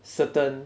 certain